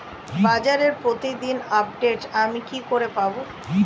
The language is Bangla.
বাজারের প্রতিদিন আপডেট আমি কি করে পাবো?